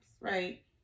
right